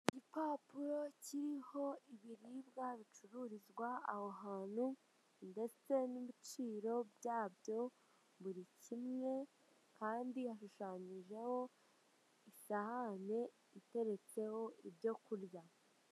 Igipapuro kiriho ibiribwa bicururizwa aho hantu, ndetse n'ibiciro byabyo, buri kimwe, kandi hashushanyijeho ishahane iteretseho ibyo kurya.